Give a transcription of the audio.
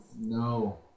No